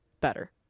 better